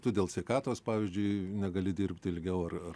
tu dėl sveikatos pavyzdžiui negali dirbt ilgiau ar ar